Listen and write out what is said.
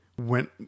went